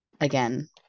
Again